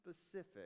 specific